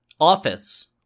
office